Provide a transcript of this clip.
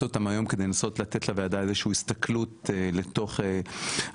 אותם היום כדי לנסות לתת לוועדה איזושהי הסתכלות לתוך המודל.